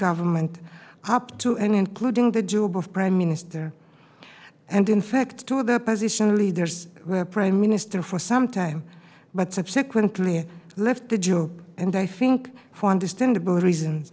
government up to and including the job of prime minister and in fact to the opposition leaders were prime minister for some time but subsequently left the job and i think for understandable reasons